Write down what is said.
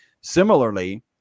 Similarly